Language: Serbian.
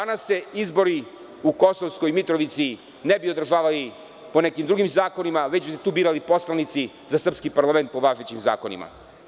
Danas se izbori u Kosovskoj Mitrovici ne bi održavali po nekim drugim zakonima, već bi se tu birali poslanici za srpski parlament po važećim zakonima.